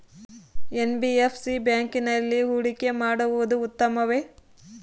NBFC ಬ್ಯಾಂಕಿನಲ್ಲಿ ಹೂಡಿಕೆ ಮಾಡುವುದು ಉತ್ತಮವೆ?